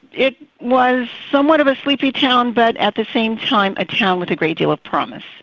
it was somewhat of a sleepy town, but at the same time a town with a great deal of promise.